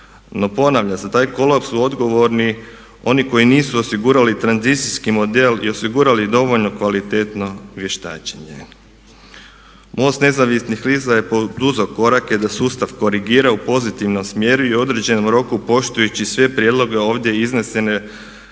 ponavljam, za taj kolaps su odgovorni oni koji nisu osigurali tranzicijski model i osigurali dovoljno kvalitetno vještačenje. MOST nezavisnih lista je poduzeo korake da sustav korigira u pozitivnom smjeru i određenom roku poštujući sve prijedloge ovdje iznesene